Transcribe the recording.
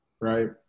right